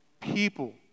people